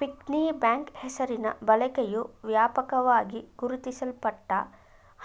piggy bank ಹೆಸರಿನ ಬಳಕೆಯು ವ್ಯಾಪಕವಾಗಿ ಗುರುತಿಸಲ್ಪಟ್ಟ